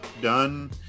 done